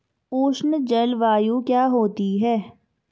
उष्ण जलवायु क्या होती है?